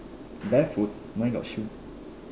barefoot mine got shoe